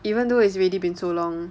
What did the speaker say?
even though it's already been so long